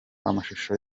amashusho